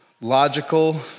logical